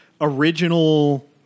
original